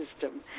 system